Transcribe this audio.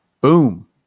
Boom